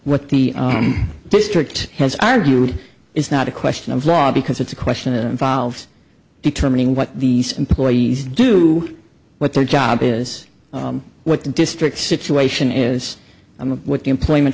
what the district has argued is not a question of law because it's a question involves determining what these employees do what their job is what the district situation is i mean what the employment